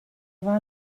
war